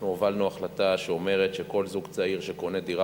אנחנו הובלנו החלטה שאומרת שכל זוג צעיר שקונה דירה